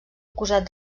acusat